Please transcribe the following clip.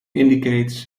indicates